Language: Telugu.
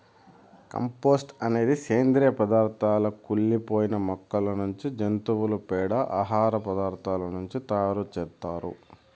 కంపోస్టు అనేది సేంద్రీయ పదార్థాల కుళ్ళి పోయిన మొక్కల నుంచి, జంతువుల పేడ, ఆహార పదార్థాల నుంచి తయారు చేత్తారు